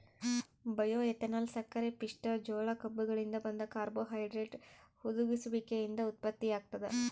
bioethanol ಸಕ್ಕರೆಪಿಷ್ಟ ಜೋಳ ಕಬ್ಬುಗಳಿಂದ ಬಂದ ಕಾರ್ಬೋಹೈಡ್ರೇಟ್ ಹುದುಗುಸುವಿಕೆಯಿಂದ ಉತ್ಪತ್ತಿಯಾಗ್ತದ